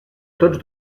tots